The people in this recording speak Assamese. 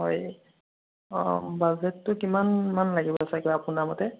হয় অঁ অঁ বাৰু বাজেটটো কিমান মান লাগিব চাগে আপোনাৰ মতে